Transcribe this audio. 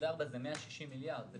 984 זה 160 מיליארד, זה